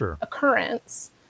occurrence